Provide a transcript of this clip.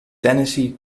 tennessee